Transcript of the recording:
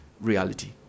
reality